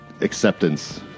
acceptance